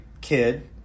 kid